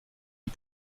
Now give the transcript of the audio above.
est